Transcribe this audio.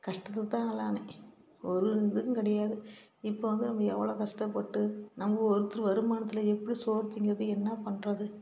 கஷ்டத்துக்குதான் ஆளானேன் ஒரு இதுவும் கிடையாது இப்போ வந்து நீ எவ்வளோ கஷ்டப்பட்டு நம்ம ஒருத்தர் வருமானத்தில் எப்படி சோறு தின்கிறது என்ன பண்ணுறது